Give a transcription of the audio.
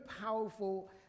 powerful